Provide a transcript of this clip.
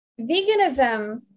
veganism